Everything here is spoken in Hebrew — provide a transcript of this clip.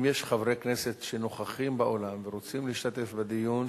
אם יש חברי כנסת שנוכחים באולם ורוצים להשתתף בדיון,